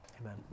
amen